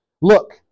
Look